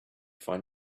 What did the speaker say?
find